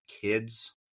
kids